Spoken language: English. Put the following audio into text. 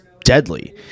deadly